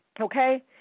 Okay